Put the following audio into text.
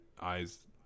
eyes